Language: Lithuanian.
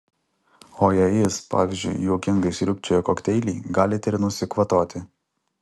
o jei jis pavyzdžiui juokingai sriubčioja kokteilį galite ir nusikvatoti